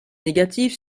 négative